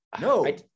No